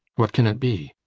what can it be?